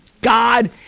God